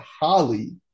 Holly